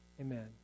amen